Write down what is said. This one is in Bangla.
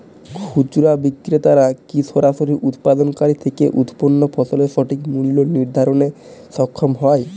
খুচরা বিক্রেতারা কী সরাসরি উৎপাদনকারী থেকে উৎপন্ন ফসলের সঠিক মূল্য নির্ধারণে সক্ষম হয়?